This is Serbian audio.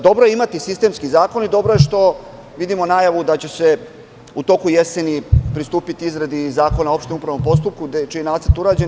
Dobro je imati sistemski zakon i dobro je što vidimo najavu da će se u toku jeseni pristupiti izradi zakona o opštem upravnom postupku, čiji je nacrt urađen.